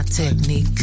Technique